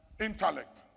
intellect